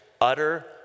utter